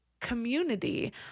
community